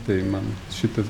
tai man šitas